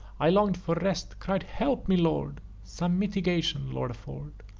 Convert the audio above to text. i long'd for rest cried help me, lord! some mitigation, lord, afford!